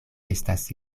estas